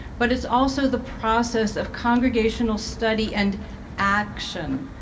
but it's also the process of congregational study and action.